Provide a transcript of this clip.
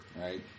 Right